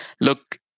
Look